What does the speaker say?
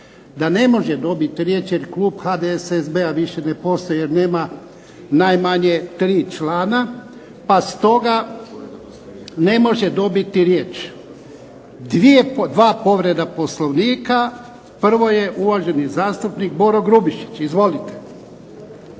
da ne može dobiti riječ jer klub HDSSB-a više ne postoji jer nema najmanje tri člana pa stoga ne može dobiti riječ. Dva povreda Poslovnika. Prvo je uvaženi zastupnik Boro Grubišić. Izvolite.